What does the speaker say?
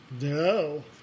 No